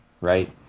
right